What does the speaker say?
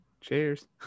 Cheers